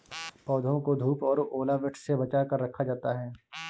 पौधों को धूप और ओलावृष्टि से बचा कर रखा जाता है